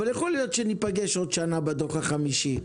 אבל יכול להיות שניפגש בעוד שנה בדוח החמישי.